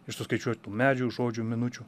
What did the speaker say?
iš suskaičiuotų medžių žodžių minučių